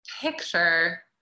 picture